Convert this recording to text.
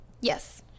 yes